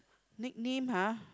nick name ha